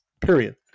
Period